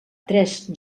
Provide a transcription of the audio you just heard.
tres